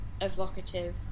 evocative